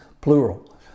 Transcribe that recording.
plural